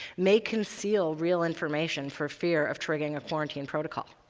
may conceal real information for fear of triggering a quarantine protocol.